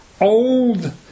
old